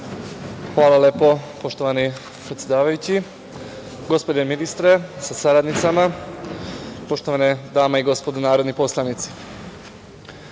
Hvala lepo, poštovani predsedavajući. Gospodine ministre sa saradnicama, poštovane dame i gospodo narodni poslanici,